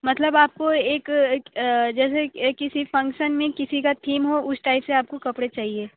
मतलब आपको एक जैसे किसी फंक्शन में किसी का थीम हो उस टाइप से आपको कपड़े चाहिए